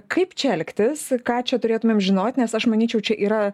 kaip čia elgtis ką čia turėtumėm žinot nes aš manyčiau čia yra